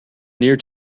near